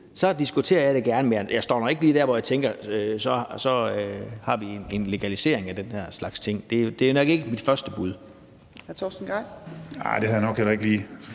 diskuterer jeg dem gerne, men jeg er nu ikke lige der, hvor jeg tænker, at vi skal have en legalisering af den her slags ting. Det er nok ikke mit første bud.